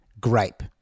gripe